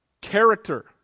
Character